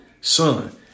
Son